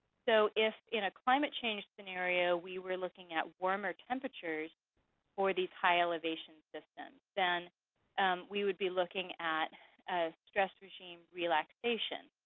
so if in a climate change scenario we were looking at warmer temperatures for these high elevation systems, then we would be looking at a stress regime relaxation,